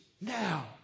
Now